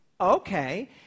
okay